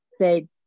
say